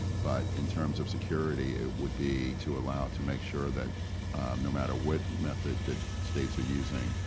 but in terms of security, it would be to allow to make sure that no matter what method that states are using,